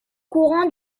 courant